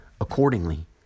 accordingly